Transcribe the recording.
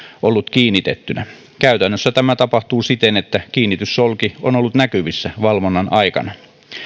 ollut kiinnitettynä käytännössä tämä tapahtuu siten että kiinnityssolki on ollut näkyvissä valvonnan aikana